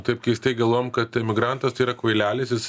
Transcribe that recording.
taip keistai galvojam kad emigrantas tai yra kvailelis jis